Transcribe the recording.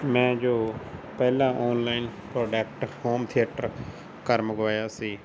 ਮੈਂ ਜੋ ਪਹਿਲਾਂ ਆਨਲਾਈਨ ਪ੍ਰੋਡਕਟ ਹੋਮ ਥੀਏਟਰ ਘਰ ਮੰਗਵਾਇਆ ਸੀ